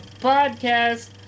podcast